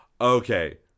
okay